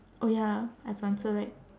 oh ya I have to answer right